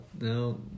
No